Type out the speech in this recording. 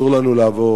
אסור לנו לעבור,